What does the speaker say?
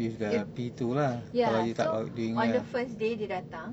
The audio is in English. if ya so on the first day dia datang